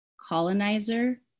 colonizer